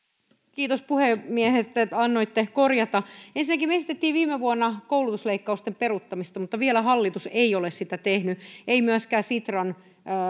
kiitos puhemiehelle että annoitte korjata ensinnäkin me esitimme viime vuonna koulutusleikkausten peruuttamista mutta vielä hallitus ei ole sitä tehnyt ei myöskään sitran